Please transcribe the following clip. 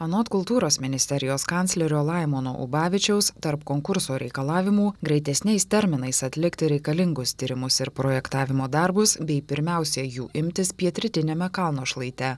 anot kultūros ministerijos kanclerio laimono ubavičiaus tarp konkurso reikalavimų greitesniais terminais atlikti reikalingus tyrimus ir projektavimo darbus bei pirmiausia jų imtis pietrytiniame kalno šlaite